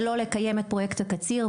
שלא לקיים את פרויקט הקציר.